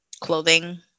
clothing